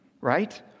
right